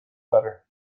better